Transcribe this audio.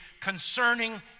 concerning